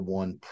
one